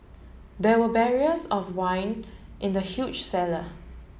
there were barriers of wine in the huge cellar